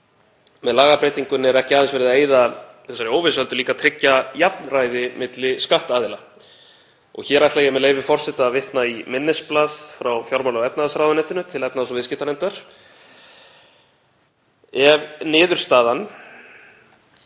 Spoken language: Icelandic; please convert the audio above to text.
með lagabreytingunni er ekki aðeins verið að eyða þessari óvissu heldur líka að tryggja jafnræði milli skattaðila. Hér ætla ég, með leyfi forseta, að vitna í minnisblað frá fjármála- og efnahagsráðuneytinu til efnahags- og viðskiptanefndar. „Ef niðurstaðan